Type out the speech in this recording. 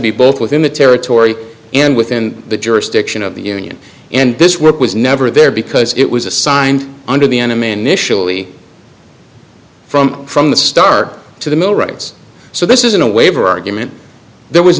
be both within the territory and within the jurisdiction of the union and this work was never there because it was assigned under the enemy initially from from the star to the mill writes so this isn't a waiver argument there was